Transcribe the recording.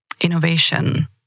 innovation